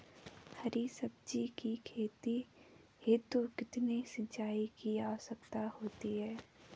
हरी सब्जी की खेती हेतु कितने सिंचाई की आवश्यकता होती है?